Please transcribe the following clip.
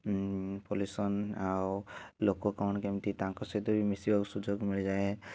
pollution ଆଉ ଲୋକ କ'ଣ କେମିତି ତାଙ୍କ ସହିତ ବି ମିଶିବାକୁ ସୁଯୋଗ ମିଳିଯାଏ